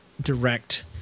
direct